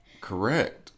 Correct